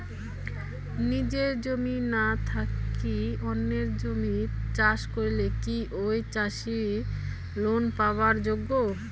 নিজের জমি না থাকি অন্যের জমিত চাষ করিলে কি ঐ চাষী লোন পাবার যোগ্য?